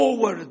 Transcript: Over